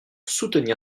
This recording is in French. soutenir